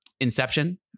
Inception